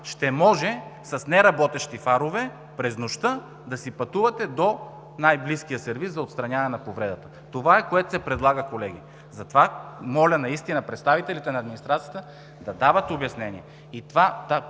ще може с неработещи фарове през нощта да си пътувате до най-близкия сервиз за отстраняване на повредата. Това е, което се предлага, колеги. Затова моля наистина представителите на администрацията да дават обяснение.